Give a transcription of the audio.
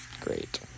Great